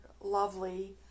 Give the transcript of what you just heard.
lovely